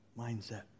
mindset